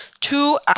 two